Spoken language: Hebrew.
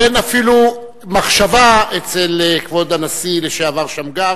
אין אפילו מחשבה אצל כבוד הנשיא לשעבר שמגר